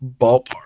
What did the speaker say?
ballpark